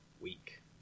week